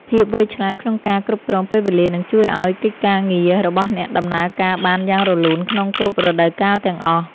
ភាពវៃឆ្លាតក្នុងការគ្រប់គ្រងពេលវេលានឹងជួយឱ្យកិច្ចការងាររបស់អ្នកដំណើរការបានយ៉ាងរលូនក្នុងគ្រប់រដូវកាលទាំងអស់។